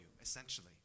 essentially